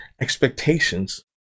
expectations